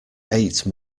ate